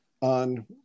on